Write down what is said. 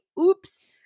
Oops